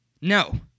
No